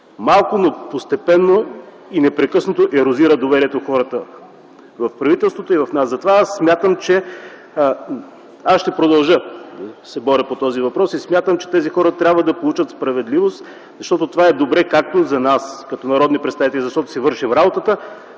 малко, но постепенно и непрекъснато ерозира доверието на хората в правителството и в нас. Аз ще продължа да се боря по този въпрос и смятам, че тези хора трябва да получат справедливост, защото това е добре както за нас като народни представители, защото си вършим работата,